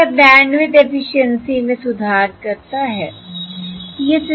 यह bandwidth efficiency में सुधार करता है